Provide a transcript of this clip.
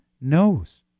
knows